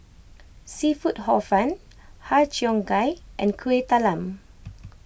Seafood Hor Fun Har Cheong Gai and Kueh Talam